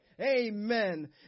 Amen